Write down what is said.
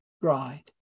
bride